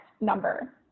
number